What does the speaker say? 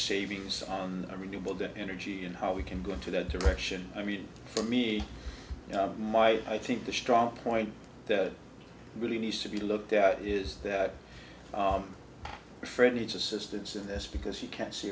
savings on the renewable debt energy and how we can go into that direction i mean for me my i think the strong point that really needs to be looked at is that a friend needs assistance in this because you can't see